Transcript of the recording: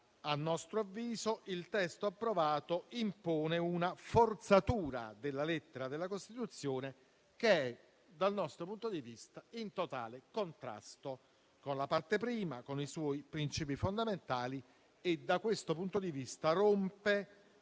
a nostro avviso, il testo approvato impone un forzatura della lettera della Costituzione che, dal nostro punto di vista, è in totale contrasto con la Parte I e con i suoi principi fondamentali e, da questo punto di vista, rompe